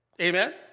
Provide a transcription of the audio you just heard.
Amen